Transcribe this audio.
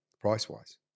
price-wise